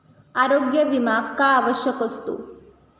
आरोग्य विमा का आवश्यक असतो?